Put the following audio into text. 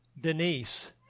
Denise